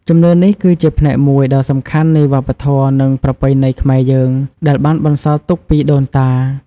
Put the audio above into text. ជំនឿនេះគឺជាផ្នែកមួយដ៏សំខាន់នៃវប្បធម៌ និងប្រពៃណីខ្មែរយើង ដែលបានបន្សល់ទុកពីដូនតា។